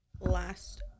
last